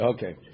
Okay